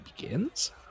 begins